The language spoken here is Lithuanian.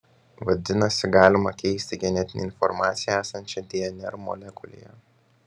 vadinasi galima keisti genetinę informaciją esančią dnr molekulėje